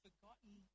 Forgotten